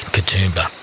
Katoomba